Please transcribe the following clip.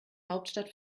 hauptstadt